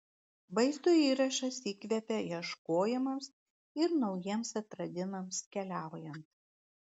vaizdo įrašas įkvepia ieškojimams ir naujiems atradimams keliaujant